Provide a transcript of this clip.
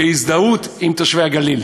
כהזדהות עם תושבי הגליל.